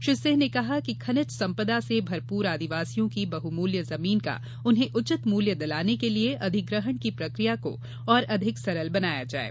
श्री सिंह ने कहा कि खनिज संपदा से भरपूर आदिवासियों की बहुमूल्य जमीन का उन्हें उचित मूल्य दिलाने के लिये अधिग्रहण की प्रक्रिया को और अधिक सरल बनाया जाये